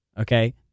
okay